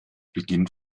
beginnt